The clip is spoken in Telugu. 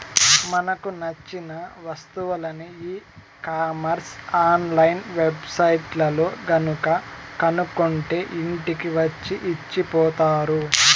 మనకు నచ్చిన వస్తువులని ఈ కామర్స్ ఆన్ లైన్ వెబ్ సైట్లల్లో గనక కొనుక్కుంటే ఇంటికి వచ్చి ఇచ్చిపోతారు